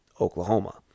Oklahoma